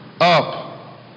up